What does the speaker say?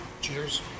Cheers